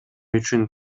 үчүн